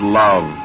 love